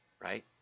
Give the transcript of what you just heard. right